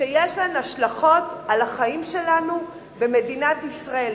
שיש להן השלכות על החיים שלנו במדינת ישראל,